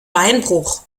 beinbruch